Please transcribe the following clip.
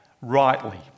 rightly